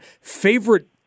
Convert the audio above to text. favorite